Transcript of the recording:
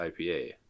IPA